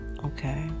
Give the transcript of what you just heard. Okay